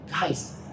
guys